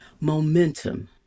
momentum